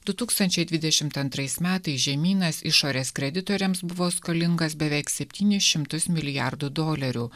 du tūkstančiai dvidešimt antrais metais žemynas išorės kreditoriams buvo skolingas beveik septynis šimtus milijardų dolerių